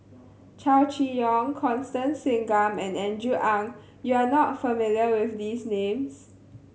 Chow Chee Yong Constance Singam and Andrew Ang you are not familiar with these names